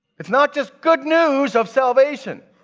it's not just good news of salvation.